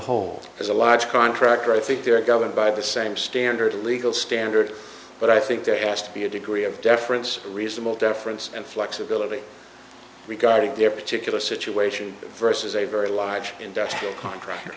whole as a large contractor i think they're governed by the same standard legal standard but i think there has to be a degree of deference reasonable deference and flexibility regarding their particular situation versus a very large industrial contractor